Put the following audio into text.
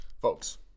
folks